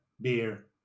beer